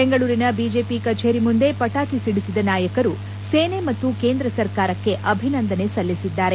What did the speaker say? ಬೆಂಗಳೂರಿನ ಬಿಜೆಪಿ ಕಚೇರಿ ಮುಂದೆ ಪಟಾಕಿ ಸಿಡಿಸಿದ ನಾಯಕರು ಸೇನೆ ಮತ್ತು ಕೇಂದ್ರ ಸರ್ಕಾರಕ್ಕೆ ಅಭಿನಂದನೆ ಸಲ್ಲಿಸಿದ್ದಾರೆ